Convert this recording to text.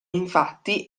infatti